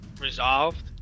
resolved